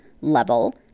level